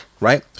right